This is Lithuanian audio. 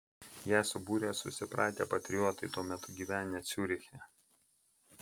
ją subūrė susipratę patriotai tuo metu gyvenę ciuriche